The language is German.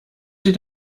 sie